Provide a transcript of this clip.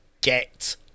get